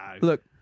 Look